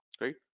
right